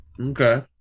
Okay